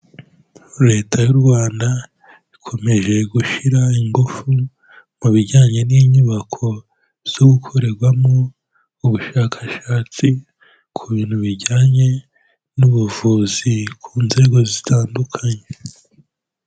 Leta y'u Rwanda ikomeje gushyira ingufu mu bijyanye n'inyubako zo gukorerwamo ubushakashatsi ku bintu bijyanye n'ubuvuzi ku nzego zitandukanye.